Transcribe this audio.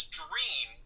dream